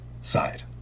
side